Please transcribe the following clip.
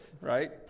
right